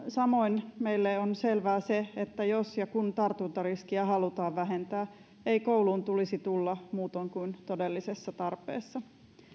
samoin meille on selvää se että jos ja kun tartuntariskiä halutaan vähentää ei kouluun tulisi tulla muutoin kuin todellisessa tarpeessa